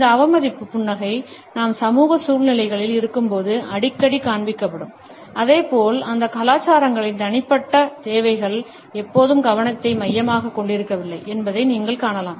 இந்த அவமதிப்பு புன்னகை நாம் சமூக சூழ்நிலைகளில் இருக்கும்போது அடிக்கடி காண்பிக்கப்படும் அதேபோல் அந்த கலாச்சாரங்களில் தனிப்பட்ட தேவைகள் எப்போதும் கவனத்தை மையமாகக் கொண்டிருக்கவில்லை என்பதை நீங்கள் காணலாம்